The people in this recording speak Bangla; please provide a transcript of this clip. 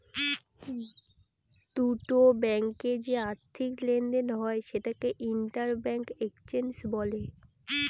দুটো ব্যাঙ্কে যে আর্থিক লেনদেন হয় সেটাকে ইন্টার ব্যাঙ্ক এক্সচেঞ্জ বলে